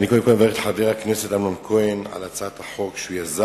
אני קודם כול מברך את חבר הכנסת אמנון כהן על הצעת החוק שיזם.